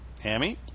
Hammy